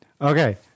Okay